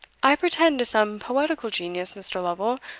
i pretend to some poetical genius, mr. lovel,